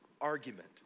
argument